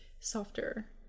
softer